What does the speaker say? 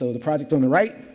the project on the right,